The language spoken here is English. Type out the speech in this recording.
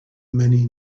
many